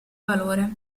valore